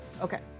Okay